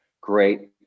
great